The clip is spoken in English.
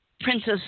Princess